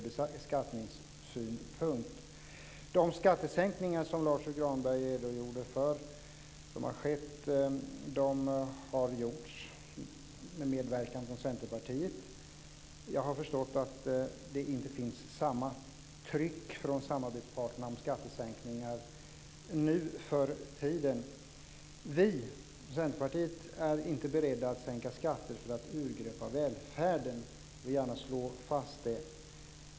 De skattesänkningar som har skett och som Lars U Granberg redogjorde för har gjorts med medverkan från Centerpartiet. Jag har förstått att det inte finns samma tryck från samarbetsparterna om skattesänkningar nu för tiden. Vi från Centerpartiet är inte beredda att sänka skatter för att urgröpa välfärden. Det vill jag gärna slå fast.